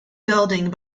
building